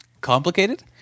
Complicated